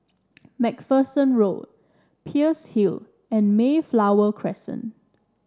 MacPherson Road Peirce Hill and Mayflower Crescent